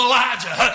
Elijah